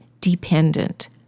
dependent